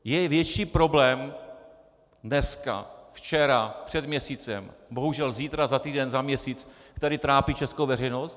Je větší problém dneska, včera, před měsícem, bohužel zítra, za týden, za měsíc, který trápí českou veřejnost?